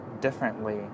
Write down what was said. differently